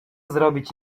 zrobić